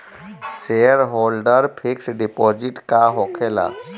Shareholder fix deposit का होखे ला?